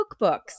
cookbooks